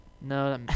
No